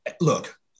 look